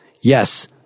yes